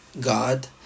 God